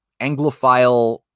Anglophile